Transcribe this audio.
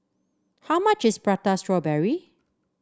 how much is Prata Strawberry